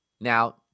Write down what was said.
Now